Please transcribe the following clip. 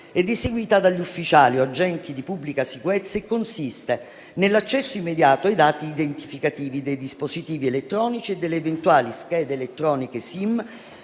ed eseguita dagli ufficiali o agenti di pubblica sicurezza e consiste nell'accesso immediato ai dati identificativi dei dispositivi elettronici e delle eventuali schede elettroniche SIM